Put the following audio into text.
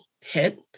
hit